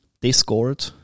Discord